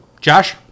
Josh